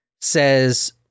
says